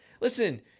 Listen